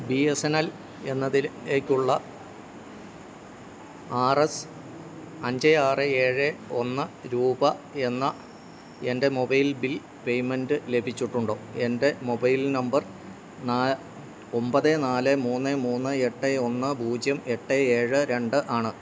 B S N L എന്നതിലേക്കുള്ള R S അഞ്ച് ആറ് ഏഴ് ഒന്ന് രൂപ എന്ന എൻ്റെ മൊബൈൽ ബിൽ പേയ്മെൻ്റ് ലഭിച്ചിട്ടുണ്ടോ എൻ്റെ മൊബൈൽ നമ്പർ ഒമ്പത് നാല് മൂന്ന് മൂന്ന് എട്ട് ഒന്ന് പൂജ്യം എട്ട് ഏഴ് രണ്ട് ആണ്